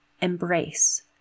embrace